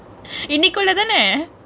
இன்னிக்குள்ள தான:innikulle thaane